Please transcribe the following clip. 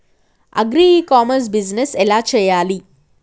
Agri e commerce business ఎలా చెయ్యాలి?